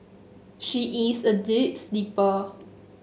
she is a deep sleeper